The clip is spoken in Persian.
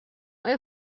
آیا